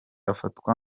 afatwa